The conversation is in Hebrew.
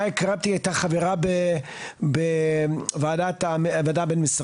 מאיה קרבטרי, הייתה חברה בוועדה הבין-משרדית.